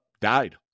died